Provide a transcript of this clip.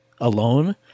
alone